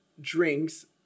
drinks